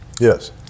Yes